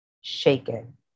shaken